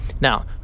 Now